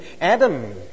Adam